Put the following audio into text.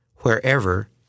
wherever